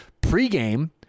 Pre-game